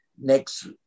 next